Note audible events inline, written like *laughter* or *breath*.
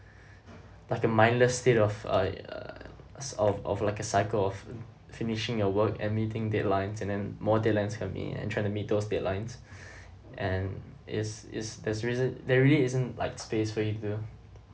like a mindless state of uh of of like a cycle of finishing your work and meeting deadlines and then more deadlines coming in and trying to meet those deadlines *breath* and it's it's there's reason there really isn't like space for you to